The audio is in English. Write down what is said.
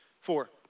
four